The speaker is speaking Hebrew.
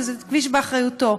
שזה כביש באחריותו.